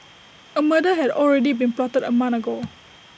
A murder had already been plotted A month ago